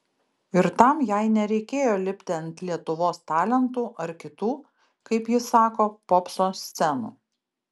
ir tam jai nereikėjo lipti ant lietuvos talentų ar kitų kaip ji sako popso scenų